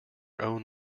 own